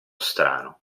strano